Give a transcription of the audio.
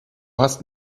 hast